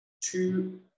two